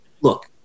look